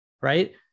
Right